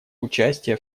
участие